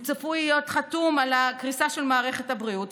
הוא צפוי להיות חתום על הקריסה של מערכת הבריאות,